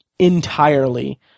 entirely